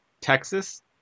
Texas